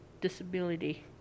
disability